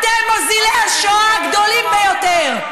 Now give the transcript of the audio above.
אתם מוזילי השואה הגדולים ביותר.